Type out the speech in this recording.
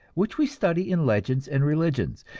which we study in legends and religions.